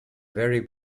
very